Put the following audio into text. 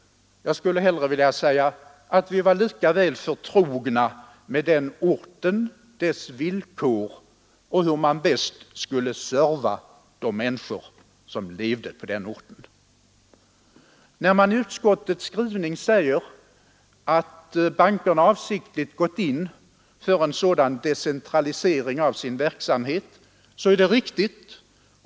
Jag skulle hellre vilja säga att vi på affärsbankskontoret var lika väl förtrogna med den orten, dess villkor och hur man bäst skulle serva de människor som levde där. När man i utskottets skrivning säger att bankerna avsiktligt gått in för en decentralisering av sin verksamhet så är det riktigt.